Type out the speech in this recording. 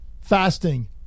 fasting